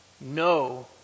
no